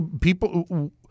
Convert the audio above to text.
people